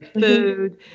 food